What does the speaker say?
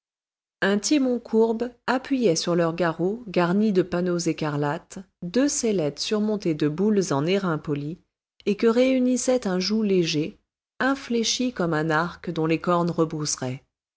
un timon courbe appuyait sur leurs garrots garnis de panneaux écarlates deux sellettes surmontées de boules en airain poli et que réunissait un joug léger infléchi comme un arc dont les cornes rebrousseraient